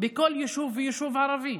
בכל יישוב ויישוב ערבי.